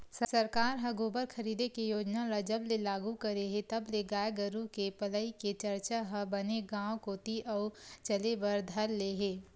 सरकार ह गोबर खरीदे के योजना ल जब ले लागू करे हे तब ले गाय गरु के पलई के चरचा ह बने गांव कोती अउ चले बर धर ले हे